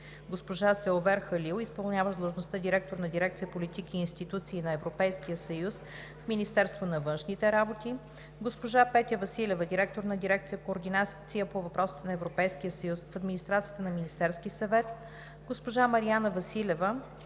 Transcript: госпожа Селвер Халил, изпълняващ длъжността директор на дирекция „Политики и институции на Европейския съюз“ в Министерството на външните работи; госпожа Петя Василева, директор на дирекция „Координация по въпросите на Европейския съюз“ в Администрацията на Министерски съвет; госпожа Мариана Василева